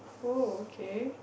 oh okay